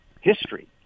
history